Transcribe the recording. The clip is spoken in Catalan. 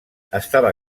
estava